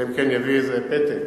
אלא אם כן יביא איזה פתק